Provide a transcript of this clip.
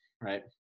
right